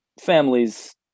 families